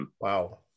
Wow